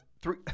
three